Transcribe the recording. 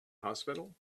hospital